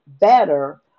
better